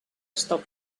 stop